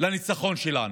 לניצחון שלנו,